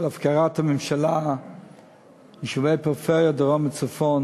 הפקרת הממשלה את יישובי הפריפריה בדרום ובצפון